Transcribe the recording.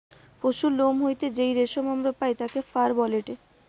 পশুর লোম হইতে যেই রেশম আমরা পাই তাকে ফার বলেটে